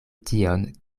tion